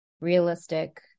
realistic